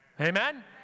Amen